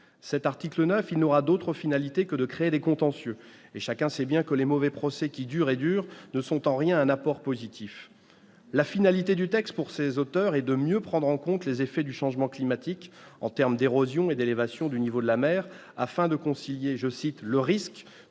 L'article 9 n'aura d'autre finalité que de créer des contentieux, et chacun sait bien que les mauvais procès qui durent ne sont en rien un apport positif. La finalité du texte, pour ces auteurs, est de « mieux prendre en compte les effets du changement climatique en termes d'érosion et d'élévation du niveau de la mer, afin de concilier le risque